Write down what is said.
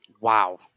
Wow